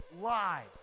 Lie